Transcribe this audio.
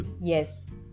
Yes